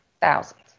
Thousands